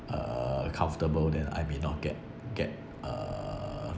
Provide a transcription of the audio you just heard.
uh comfortable then I may not get get a